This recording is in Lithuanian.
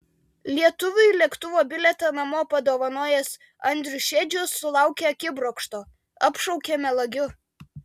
lietuviui lėktuvo bilietą namo padovanojęs andrius šedžius sulaukė akibrokšto apšaukė melagiu